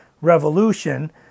Revolution